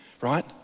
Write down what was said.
right